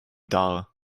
dar